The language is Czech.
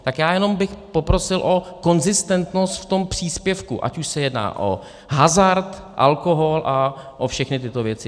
Tak já bych jenom poprosil o konzistentnost v tom příspěvku, ať už se jedná o hazard, alkohol a o všechny tyto věci.